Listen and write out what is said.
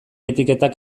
etiketak